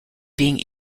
being